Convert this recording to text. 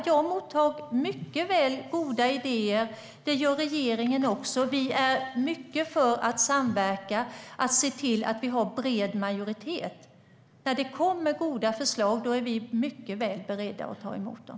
Jag mottar mycket gärna goda idéer, och det gör regeringen också. Vi är mycket för att samverka och se till att vi har bred majoritet. När det kommer goda förslag är vi mycket väl beredda att ta emot dem.